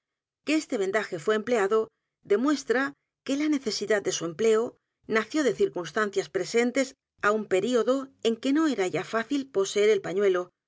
que este vendaje fué empleado demuestra que la necesidad de su empleo nació de circunstancias presentes á u n edgar poe novelas y cuentos período en que no era ya fácil poseer el pañuelo